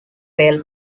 pale